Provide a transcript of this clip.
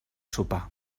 sopar